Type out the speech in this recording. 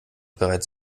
bereits